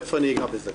תיכף אני אגע בזה.